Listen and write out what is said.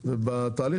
ובתהליך